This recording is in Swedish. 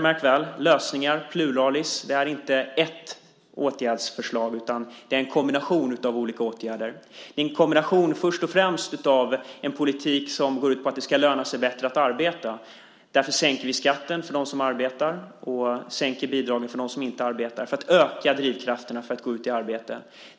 Märk väl att jag talar om lösningar i pluralis; det är inte ett åtgärdsförslag utan en kombination av olika åtgärder. Först och främst har vi en politik som går ut på att det ska löna sig bättre att arbeta. Därför sänker vi skatten för dem som arbetar och bidragen för dem som inte arbetar för att öka drivkrafterna att gå ut i arbete.